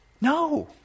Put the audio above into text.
No